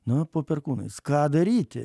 na po perkūnais ką daryti